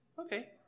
okay